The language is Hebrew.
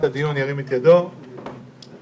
הצבעה